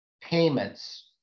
payments